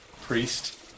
priest